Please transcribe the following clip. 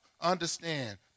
Understand